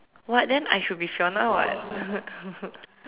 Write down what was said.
what then I should be Fiona [what]